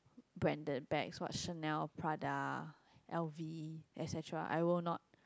branded bags what's Chanel Prada l_v etcetera I will not